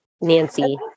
Nancy